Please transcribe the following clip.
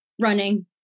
running